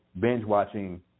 binge-watching